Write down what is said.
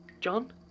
John